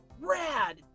rad